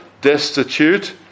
destitute